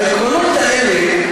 העקרונות האלה,